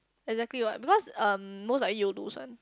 exactly what because um most likely you'll lose one